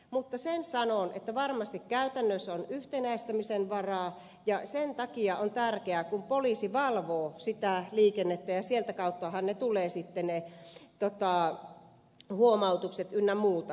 mutta sen sanon että varmasti käytännössä on yhtenäistämisen varaa ja sen takia kun poliisi valvoo liikennettä ja sieltä kauttahan tulevat ne huomautukset ynnä muuta